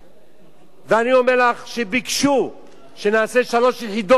ואני אומר לך שביקשו שנעשה שלוש יחידות ולא יחידה אחת,